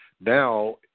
Now